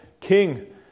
king